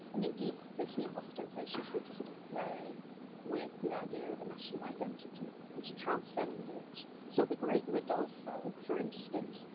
and indeed, they seem ostentatiously to sort of play with the idea of a national identity. and to transcend it. so the great rodolfo, for instance,